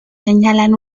señalan